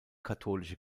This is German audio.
katholische